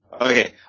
Okay